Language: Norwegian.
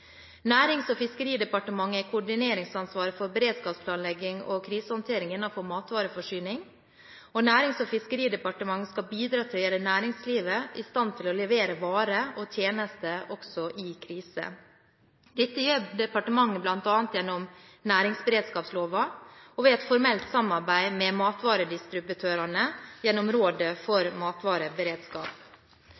Nærings- og fiskeridepartementet har koordineringsansvaret for beredskapsplanlegging og krisehåndtering innenfor matvareforsyning. Nærings- og fiskeridepartementet skal bidra til å gjøre næringslivet i stand til å levere varer og tjenester også i kriser. Dette gjør departementet bl.a. gjennom næringsberedskapsloven og ved et formelt samarbeid med matvaredistributørene gjennom Rådet for